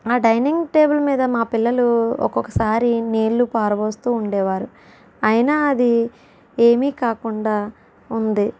ఆ dining table మీద మా పిల్లలు ఒక్కొక్కసారి నీళ్ళు పారబోస్తూ ఉండేవారు అయినా అది ఏమీ కాకుండా ఉంది